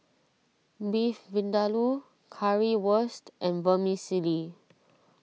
Beef Vindaloo Currywurst and Vermicelli